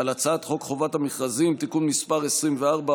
על הצעת חוק חובת המכרזים (תיקון מס' 24,